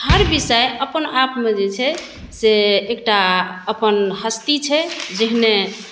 हर विषय अपन आपमे जे छै से एकटा अपन हस्ती छै जेहने